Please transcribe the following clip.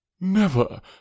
Never